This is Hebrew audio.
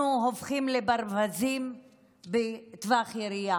אנחנו הופכים לברווזים במטווח ירי.